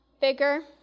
bigger